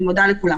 אני מודה לכולם.